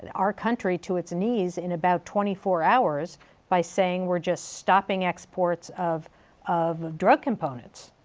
and our country to its knees in about twenty four hours by saying, we're just stopping exports of of drug components.